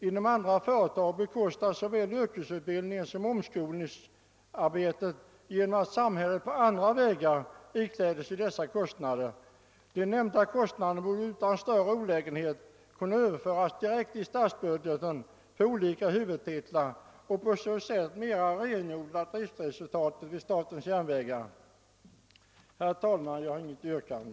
Inom andra företag bekostas såväl yrkesutbildningen som omskolningen genom att samhället på andra vägar ikläder sig kostnaderna. De nämnda kostnaderna borde utan större olägenhet kunna överföras direkt i statsbudgeten på olika huvudtitlar, varigenom man finge ett mera renodlat driftresultatet vid statens järnvägar. Herr talman! Jag har inget yrkande.